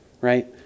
right